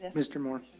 and mr. moore,